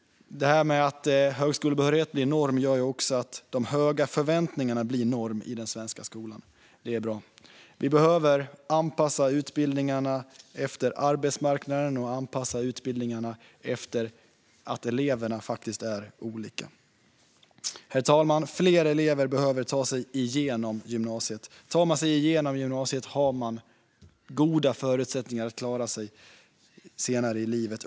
Att högskolebehörighet blir norm gör också att de höga förväntningarna blir norm i den svenska skolan. Det är bra. Vi behöver anpassa utbildningarna efter arbetsmarknaden och anpassa utbildningarna efter att eleverna är olika. Herr talman! Fler elever behöver ta sig igenom gymnasiet. Tar man sig igenom gymnasiet har man goda förutsättningar att klara sig senare i livet.